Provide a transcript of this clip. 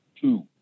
two